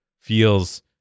feels